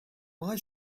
why